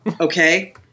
okay